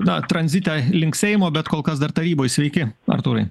na tranzite link seimo bet kol kas dar taryboj sveiki artūrai